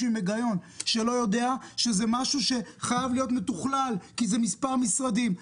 עם היגיון שלא יודע שזה חייב להיות מתוכלל כי מדובר במספר משרדים.